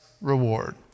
reward